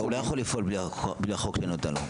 --- הוא לא יכול לפעול בלי החוק שנותן לו.